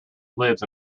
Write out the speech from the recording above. lives